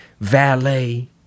valet